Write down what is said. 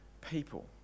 people